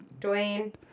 Dwayne